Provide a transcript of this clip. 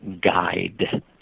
guide